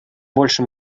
больше